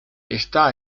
está